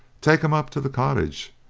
take em up to the cottage,